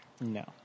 No